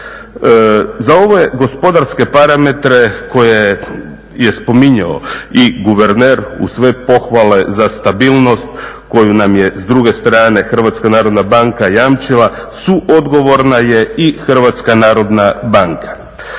Za ove gospodarske parametre koje je spominjao i guverner uz sve pohvale za stabilnost koju nam je s druge strane Hrvatska narodna banka jamčila suodgovorna je i Hrvatska narodna banka.